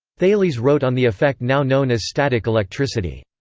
thales wrote on the effect now known as static electricity.